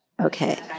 Okay